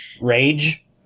Rage